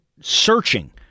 searching